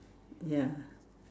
ya